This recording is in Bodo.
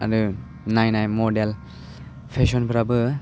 आरो नायनाय मडेल फेसनफ्राबो